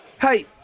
Hey